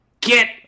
Get